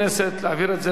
להעביר את זה לממשלה.